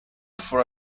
for